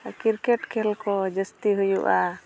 cricket ᱠᱷᱮᱹᱞ ᱠᱚ ᱡᱟᱹᱥᱛᱤ ᱦᱩᱭᱩᱜᱼᱟ